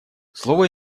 слово